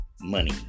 money